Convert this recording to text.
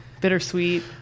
bittersweet